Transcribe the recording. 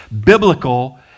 biblical